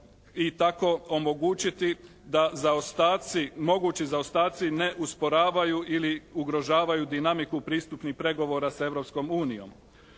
i tako omogućiti da zaostaci, mogući zaostaci ne usporavaju ili ugrožavaju dinamiku pristupnih pregovora sa